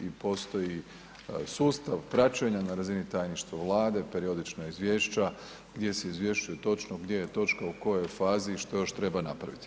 I postoji sustav praćenja na razini tajništva Vlade, periodična izvješća gdje se izvješćuje točno gdje je točka u kojoj fazi i što još treba napraviti.